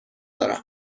دارم